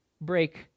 break